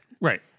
Right